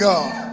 God